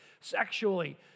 sexually